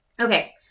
Okay